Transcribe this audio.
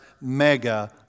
mega